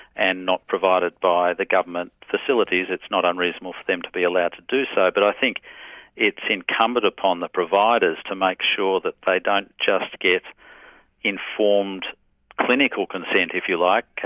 and not provided by the government facilities. it's not unreasonable for them to be allowed to do so, but i think it's incumbent upon the providers to make sure that they don't just get informed clinical consent, if you like,